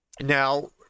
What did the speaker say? now